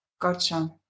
Gotcha